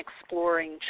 exploring